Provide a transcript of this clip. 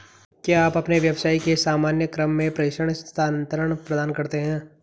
क्या आप अपने व्यवसाय के सामान्य क्रम में प्रेषण स्थानान्तरण प्रदान करते हैं?